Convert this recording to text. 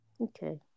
Okay